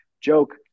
joke